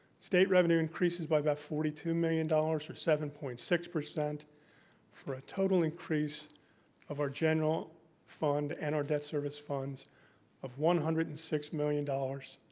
state revenue increases by about forty two million dollars or seven point six, for a total increase of our general fund and our debt service funds of one hundred and six million dollars